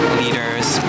leaders